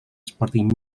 sporting